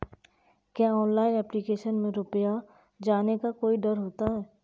क्या online application में रुपया जाने का कोई डर तो नही है?